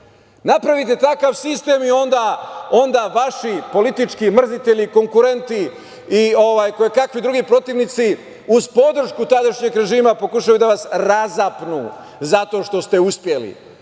takvih. Napravite takav sistem i onda vaši politički mrzitelji, konkurenti i kojekakvi drugi protivnici, uz podršku tadašnjeg režima, pokušaju da vas razapnu, zato što ste uspeli.